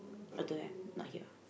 how to have not here